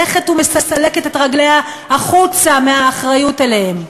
ומסלקת את רגליה החוצה מהאחריות להם.